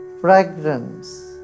Fragrance